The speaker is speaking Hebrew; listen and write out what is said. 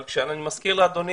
אבל אני מזכיר לאדוני,